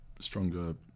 stronger